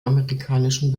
amerikanischen